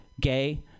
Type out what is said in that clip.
Gay